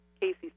Casey